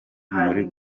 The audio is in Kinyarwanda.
muri